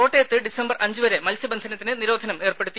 കോട്ടയത്ത് ഡിസംബർ അഞ്ച് വരെ മത്സ്യബന്ധനത്തിന് നിരോധനം ഏർപ്പെടുത്തി